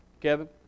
Kevin